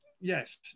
yes